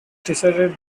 decided